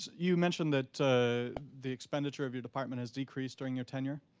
you mentioned that the expenditure of your department has decreased during your tenure.